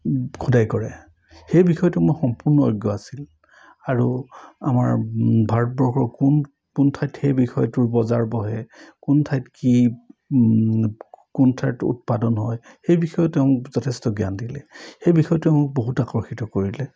খুদায় কৰে সেই বিষয়টো মই সম্পূৰ্ণ অজ্ঞ আছিল আৰু আমাৰ ভাৰতবৰ্ষৰ কোন কোন ঠাইত সেই বিষয়টোৰ বজাৰ বহে কোন ঠাইত কি কোন ঠাইত উৎপাদন হয় সেই বিষয় তেওঁ মোক যথেষ্ট জ্ঞান দিলে সেই বিষয়টোৱে মোক বহুত আকৰ্ষিত কৰিলে